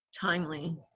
timely